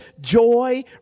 joy